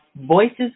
Voices